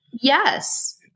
yes